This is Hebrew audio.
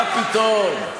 מה פתאום.